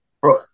bro